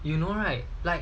you know right like